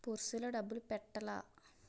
Purse లో డబ్బులు పెట్టలా?